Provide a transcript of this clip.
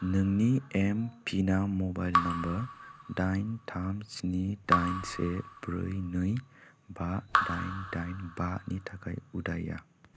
नोंनि एमपिना mobile number दाइन थाम स्नि दाइन से ब्रै नै बा दाइन दाइन बानि थाखाय उदाया